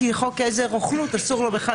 כי לפי חוק עזר (רוכלות) אסור לו בכלל